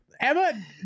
Emma